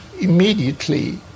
immediately